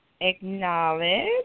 acknowledge